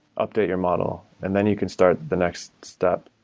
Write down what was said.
update your model, and then you can start the next step.